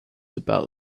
about